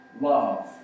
love